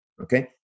Okay